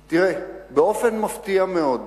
באופן מפתיע מאוד,